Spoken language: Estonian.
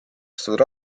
astuvad